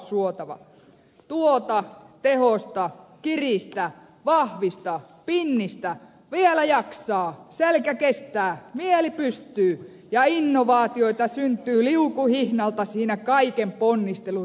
tuota tehosta kiristä vahvista pinnistä vielä jaksaa selkä kestää mieli pystyy ja innovaatioita syntyy liukuhihnalta siinä kaiken ponnistelun rytinässä